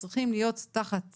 שצריכים להיות תחת